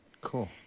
Cool